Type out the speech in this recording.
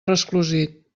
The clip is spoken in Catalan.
resclosit